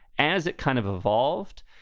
as it kind of evolved,